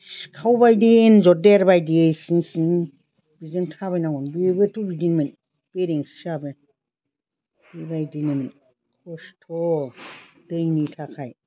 सिखावबायदि एन्जर देरबायदि सिं सिं बिजों थाबाय नांगौमोन बेबोथ' बिदिमोन बेरेंसियाबो बेबायदिनो खस्थ' दैनि थाखाय